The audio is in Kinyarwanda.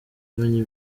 kumenya